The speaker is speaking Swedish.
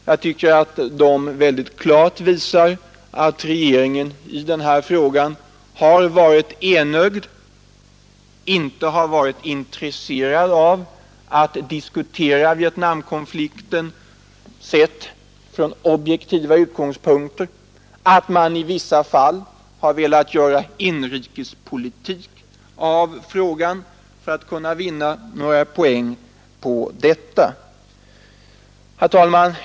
Jag tycker att de väldigt klart visar att regeringen i den här frågan har varit enögd, inte har varit intresserad av att diskutera Vietnamkonflikten, sedd från objektiva utgångspunkter, och att man i vissa fall har velat göra inrikespolitik av frågan för att kunna vinna några poäng på detta.